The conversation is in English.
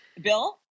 Bill